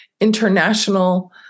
international